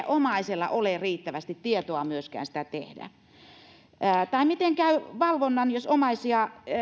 omaisella ole riittävästi tietoa myöskään sitä tehdä tai miten käy valvonnan jos omaisia